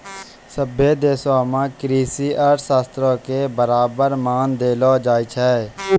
सभ्भे देशो मे कृषि अर्थशास्त्रो के बराबर मान देलो जाय छै